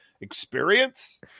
experience